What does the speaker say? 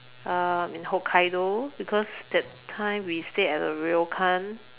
uh in Hokkaido because that time we stay at the ryokan